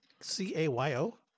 C-A-Y-O